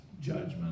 judgment